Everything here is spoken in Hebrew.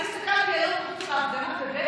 אני הסתכלתי היום על ההפגנה בבכי,